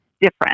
different